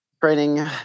training